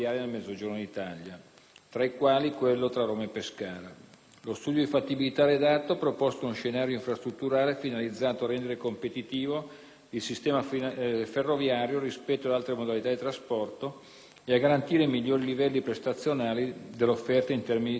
tra i quali quello tra Roma-Pescara. Lo studio di fattibilità redatto ha proposto uno scenario infrastrutturale finalizzato a rendere competitivo il sistema ferroviario rispetto alle altre modalità di trasporto e a garantire migliori livelli prestazionali dell'offerta in termini di tempi di percorrenza.